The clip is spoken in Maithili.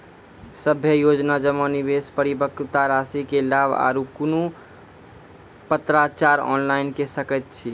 सभे योजना जमा, निवेश, परिपक्वता रासि के लाभ आर कुनू पत्राचार ऑनलाइन के सकैत छी?